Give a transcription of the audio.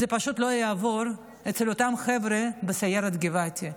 זה פשוט לא יעבור אצל אותם חבר'ה בסיירת גבעתי,